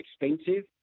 expensive